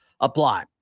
apply